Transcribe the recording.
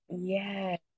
yes